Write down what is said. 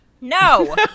No